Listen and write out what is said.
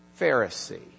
Pharisee